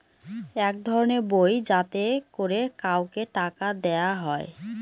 এক ধরনের বই যাতে করে কাউকে টাকা দেয়া হয়